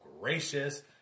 gracious